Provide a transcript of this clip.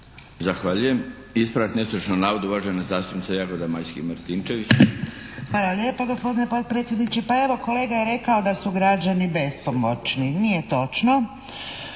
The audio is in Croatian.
Zahvaljujem. Ispravak netočnog navoda uvažena zastupnica Jagoda Majska-Martinčević. **Martinčević, Jagoda Majska (HDZ)** Hvala lijepa, gospodine potpredsjedniče. Pa evo, kolega je rekao da su građani bespomoćni. Nije točno.